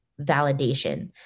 validation